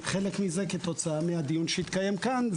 חלק מזה כתוצאה מהדיון שהתקיים כאן.